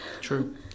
True